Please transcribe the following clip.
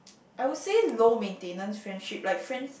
I would say low maintenance friendship like friends